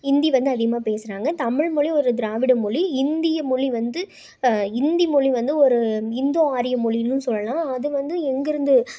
இந்தி வந்து அதிகமாக பேசுறாங்க தமிழ்மொழி ஒரு திராவிட மொழி இந்திய மொழி வந்து ஹிந்தி மொழி வந்து ஒரு இந்தோ ஆரிய மொழினு சொல்லலாம் அதை வந்து எங்கேருந்து